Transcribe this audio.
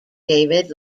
david